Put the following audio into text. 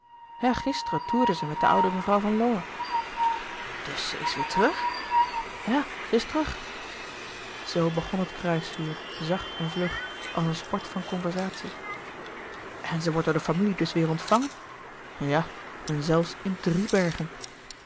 gisteren toerde ze met de oude mevrouw van lowe dus zij is weêr terug ja zij is terug zoo begon het kruisvuur zacht en vlug als een sport van conversatie en ze wordt door de familie dus weêr ontvangen ja en zelfs in driebergen